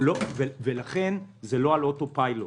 לכן זה לא על אותו פיילוט.